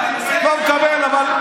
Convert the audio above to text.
לא מקבל אבל,